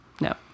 No